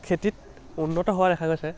খেতিত উন্নত হোৱা দেখা গৈছে